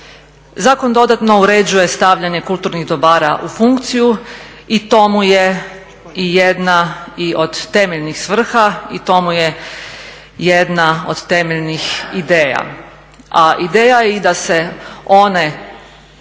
Zakon dodatno uređuje stavljanje kulturnih dobara u funkciju i to mu je i jedna od temeljnih svrha i to mu je jedna od temeljnih ideja. A ideja je i da se one